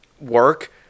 work